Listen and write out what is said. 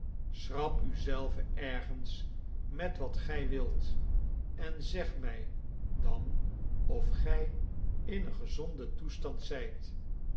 schrap u zelven ergens met wat gy wilt en zeg my dan of gy in een gezonden toestand zyt